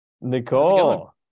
Nicole